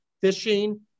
Fishing